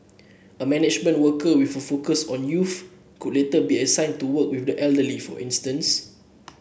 a management worker with a focus on youth could later be assigned to work with the elderly for instance